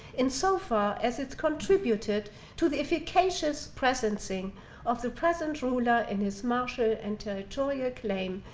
insofar as it's contributed to the efficacious presencing of the present ruler in his martial and territorial claim,